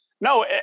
No